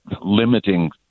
limiting